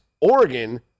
Oregon